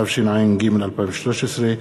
התשע"ג 2013,